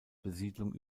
besiedelung